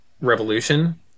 revolution